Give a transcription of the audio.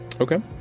Okay